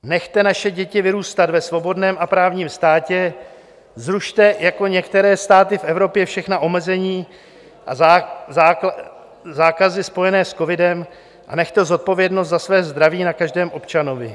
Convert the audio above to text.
Nechte naše děti vyrůstat ve svobodném a právním státě, zrušte, jako některé státy v Evropě, všechna omezení a zákazy spojené s covidem a nechte zodpovědnost za své zdraví na každém občanovi.